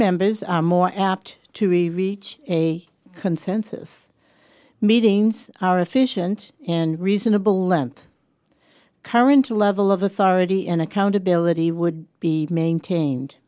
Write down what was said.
members are more apt to really reach a consensus meetings are efficient and reasonable length current a level of authority and accountability would be maintained